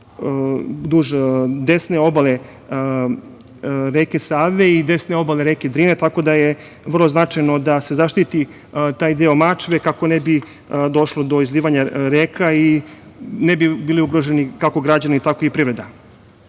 duž desne obale reke Save i desne obale reke Drine, tako da je vrlo značajno da se zaštiti taj deo Mačve, kako ne bi došlo do izlivanja reka i ne bi bili ugroženi, kako građani, tako i privreda. Treća